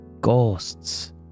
ghosts